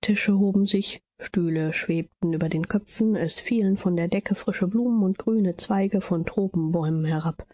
tische hoben sich stühle schwebten über den köpfen es fielen von der decke frische blumen und grüne zweige von tropenbäumen herab